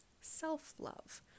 self-love